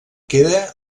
queda